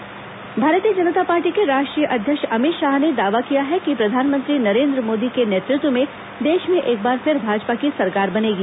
अमित शाह छत्तीसगढ़ दौरा भारतीय जनता पार्टी के राष्ट्रीय अध्यक्ष अमित शाह ने दावा किया है कि प्रधानमंत्री नरेन्द्र मोदी के नेतृत्व में देश में एक बार फिर भाजपा की सरकार बनेगी